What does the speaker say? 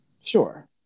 Sure